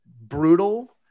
brutal